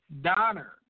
Donner